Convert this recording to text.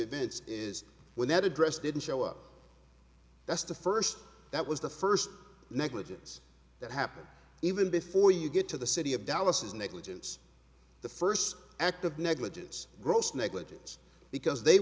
events is when that address didn't show up that's the first that was the first negligence that happened even before you get to the city of dallas is negligence the first act of negligence gross negligence because they